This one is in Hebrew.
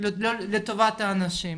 אבל לטובת האנשים.